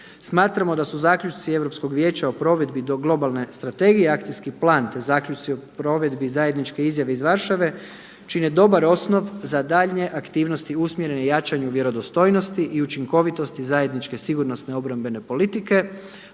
Smatramo da su zaključci Europskog vijeća o provedbi do globalne strategije akcijski plan te zaključci o provedbi zajedničke izjave iz Varšave čine dobar osnov za daljnje aktivnosti usmjerene jačanju vjerodostojnosti i učinkovitosti zajedničke sigurnosne obrambene politike